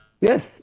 Yes